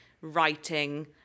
writing